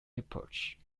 epoch